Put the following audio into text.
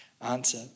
answer